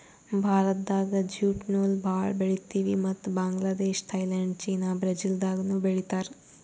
ಭಾರತ್ದಾಗ್ ಜ್ಯೂಟ್ ನೂಲ್ ಭಾಳ್ ಬೆಳಿತೀವಿ ಮತ್ತ್ ಬಾಂಗ್ಲಾದೇಶ್ ಥೈಲ್ಯಾಂಡ್ ಚೀನಾ ಬ್ರೆಜಿಲ್ದಾಗನೂ ಬೆಳೀತಾರ್